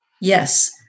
Yes